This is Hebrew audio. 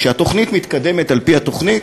כשהמשימה מתקדמת על-פי התוכנית